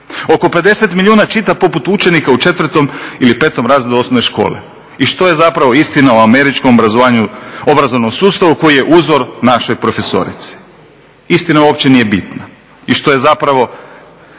oko 50 milijuna čita poput učenika u 4. ili 5. razredu osnovne škole. I što je zapravo istina o američkom obrazovnom sustavu koji je uzor našoj profesorici? Istina uopće nije bitna i što je zapravo,